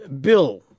Bill